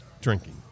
drinking